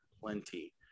plenty